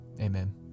Amen